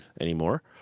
anymore